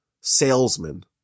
salesman